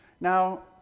Now